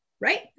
Right